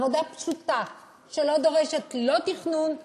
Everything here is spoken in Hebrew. עבודה פשוטה שדורשת לא תכנון,